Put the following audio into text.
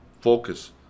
focus